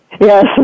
yes